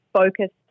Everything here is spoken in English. focused